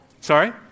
Sorry